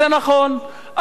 זה נכון,